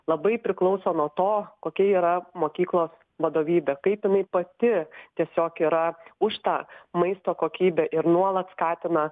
labai priklauso nuo to kokia yra mokyklos vadovybė kaip jinai pati tiesiog yra už tą maisto kokybę ir nuolat skatina